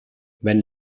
wenn